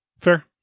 Fair